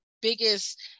biggest